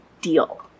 deal